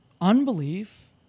unbelief